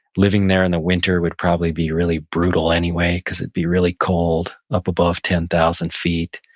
living there in the winter would probably be really brutal anyway because it'd be really cold up above ten thousand feet.